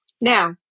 Now